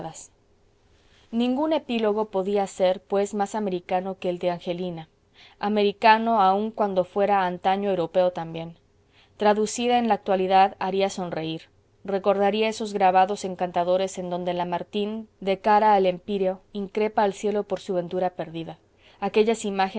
ningún epílogo podía ser pues más americano que el de angelina americano aún cuando fuera antaño europeo también traducida en la actualidad haría sonreir recordaría esos grabados encantadores en donde lamartine de cara al empíreo increpa al cielo por su ventura perdida aquellas